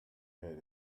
head